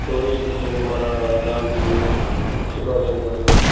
story books ఉన్నాయి మన గాంధీజీ సుభాష్ చంద్రబోస్